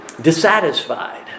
dissatisfied